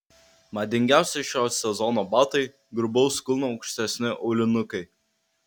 madingiausi šio sezono batai grubaus kulno aukštesni aulinukai